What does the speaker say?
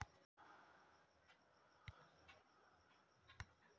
भारत के किसान स मंडी परणाली सुधारे ल आंदोलन कर रहल हए